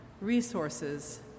resources